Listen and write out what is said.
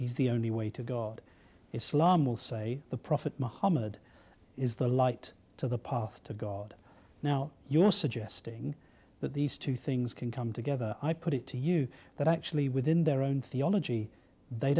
he's the only way to god islam will say the prophet muhammad is the light to the path to god now you're suggesting that these two things can come together i put it to you that actually within their own theology they